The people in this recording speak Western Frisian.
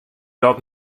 dat